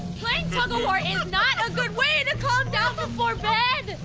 tug of war is not a good way to calm down before bed.